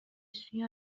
سوی